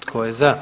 Tko je za?